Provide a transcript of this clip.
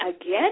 again